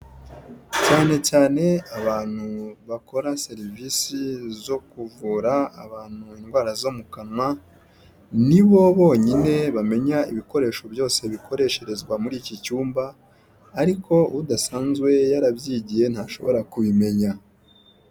Cyane cyane abantu bakora serivisi zo kuvura abantu indwara zo mu kano. Ni bo bonyine bamenya ibikoresho byose bikoresherezwa muri iki cyumba. Ariko udasanzwe yarabyigiye ntashobora kubimenya.